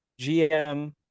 GM